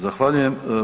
Zahvaljujem.